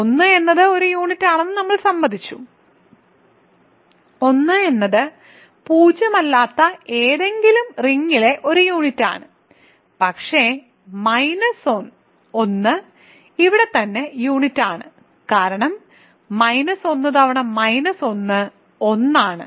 1 എന്നത് ഒരു യൂണിറ്റാണെന്ന് നമ്മൾ സമ്മതിച്ചു 1 എന്നത് പൂജ്യമല്ലാത്ത ഏതെങ്കിലും റിംഗിലെ ഒരു യൂണിറ്റാണ് പക്ഷേ മൈനസ് 1 ഇവിടെത്തന്നെ യൂണിറ്റാണ് കാരണം മൈനസ് 1 തവണ മൈനസ് 1 1 ആണ്